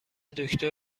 دکتر